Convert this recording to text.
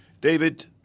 David